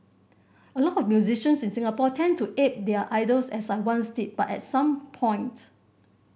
a lot of musicians in Singapore tend to ape their idols as I once did but at some point